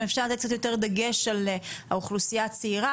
אם אפשר לשים יותר דגש על האוכלוסייה הצעירה,